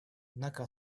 однако